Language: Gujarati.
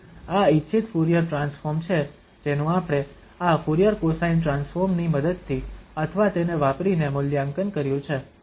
તેથી આ ઇચ્છિત ફુરીયર ટ્રાન્સફોર્મ છે જેનું આપણે આ ફુરીયર કોસાઇન ટ્રાન્સફોર્મ ની મદદથી અથવા તેને વાપરીને મૂલ્યાંકન કર્યું છે